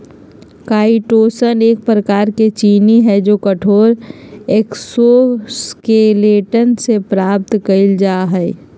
chitosan एक प्रकार के चीनी हई जो कठोर एक्सोस्केलेटन से प्राप्त कइल जा हई